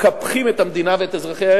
מקפחים את המדינה ואת אזרחיה,